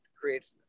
creates